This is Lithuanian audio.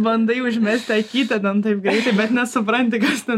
bandai užmesti akytę ten taip greitai bet nesupranti kas ten